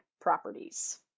properties